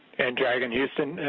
and dragon houston,